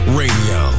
radio